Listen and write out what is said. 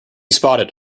spotted